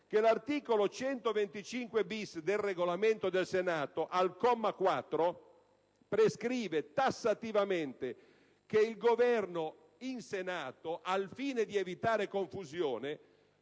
che l'articolo 125-*bis* del Regolamento del Senato, al comma 4, prescrive tassativamente che il Governo, in Senato, al fine di evitare confusione,